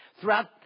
Throughout